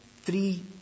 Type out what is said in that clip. three